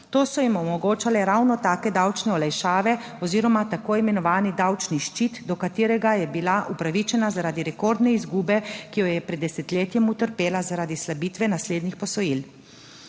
To so jim omogočale ravno take davčne olajšave oziroma tako imenovani davčni ščit, do katerega je bila upravičena zaradi rekordne izgube, ki jo je pred desetletjem utrpela zaradi slabitve naslednjih posojil.